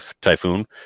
Typhoon